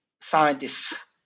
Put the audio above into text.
scientists